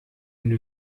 une